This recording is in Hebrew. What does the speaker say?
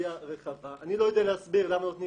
לאוכלוסייה רחבה אני לא יודע להסביר למה נותנים